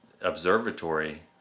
Observatory